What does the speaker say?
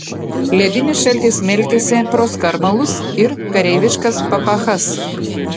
ledinis šaltis smelkėsi pro skarmalus ir kareiviškas papachas